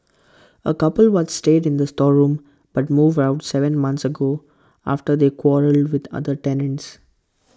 A couple once stayed in the storeroom but moved out Seven months ago after they quarrelled with other tenants